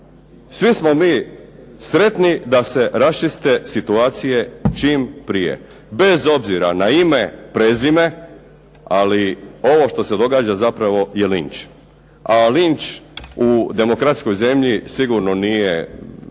svi smo mi sretni da se raščiste situacije čim prije bez obzira na ime, prezime. Ali ovo što se događa zapravo je linč. A linč u demokratskoj zemlji sigurno nije